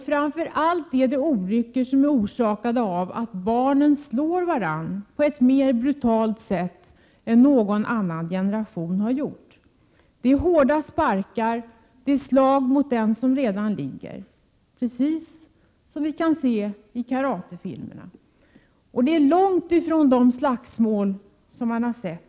Framför allt orsakas olyckor av att barnen slår varandra på ett mer brutalt sätt än någon annan generation av barn har gjort. Det är hårda sparkar, och det är slag mot den som redan ligger — precis som det går till i karatefilmerna. Detta är långt ifrån de slagsmål vi tidigare såg.